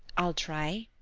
i'll try.